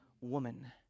woman